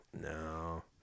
No